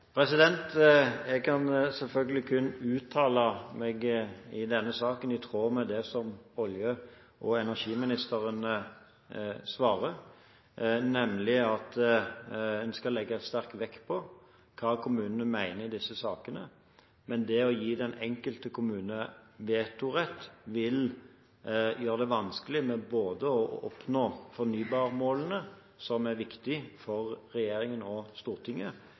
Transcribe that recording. Jeg kan selvfølgelig kun uttale meg i denne saken i tråd med det som olje- og energiministeren svarer, nemlig at en skal legge sterk vekt på hva kommunene mener i disse sakene. Men det å gi den enkelte kommune vetorett vil gjøre det vanskelig å oppnå fornybarmålene – som er viktig for regjeringen og Stortinget